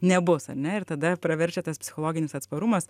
nebus ar ne ir tada praverčia tas psichologinis atsparumas